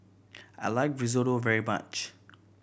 I like Risotto very much